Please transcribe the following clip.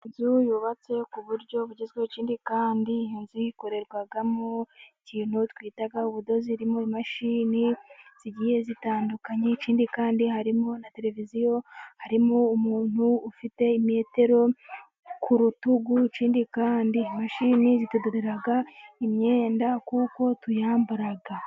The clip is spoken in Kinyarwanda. Inzu yubatse ku buryo bugezweho ikindi kandi inzu ikorerwamo ikintu twitaga ubudozi, zirimo imashini zigiye zitandukanye ikindi kandi harimo na televiziyo. Harimo umuntu ufite metero ku rutugu ikindi kandi imashini zitudodera imyenda kuko tuyambara.